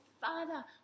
Father